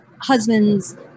husbands